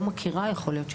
לא מכירה, יכול להיות שהייתה.